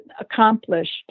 accomplished